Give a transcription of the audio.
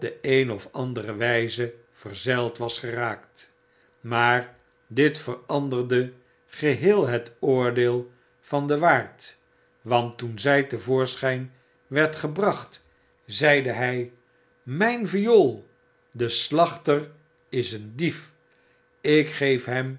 een of andere wyze verzeild was geraakt maar dit veranderde geheel het oordeel van den waard want toen zij te voorschyn werd gebracht zeide hy myn viool i de slachter is een dief ik geef hem